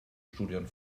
studien